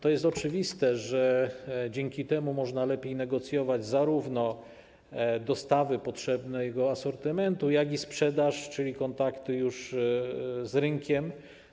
To jest oczywiste, że dzięki temu można lepiej negocjować warunki zarówno dostawy potrzebnego asortymentu, jak i sprzedaży, czyli to są już kontakty z rynkiem.